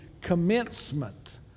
commencement